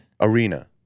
Arena